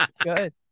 good